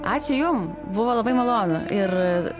ačiū jum buvo labai malonu ir